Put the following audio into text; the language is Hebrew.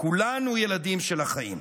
כולנו ילדים של החיים",